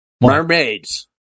Mermaids